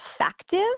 effective